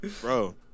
Bro